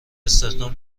استخدام